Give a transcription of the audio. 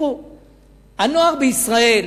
הנוער בישראל